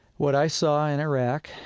what i saw in iraq,